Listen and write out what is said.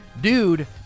dude